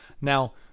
Now